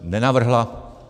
Nenavrhla.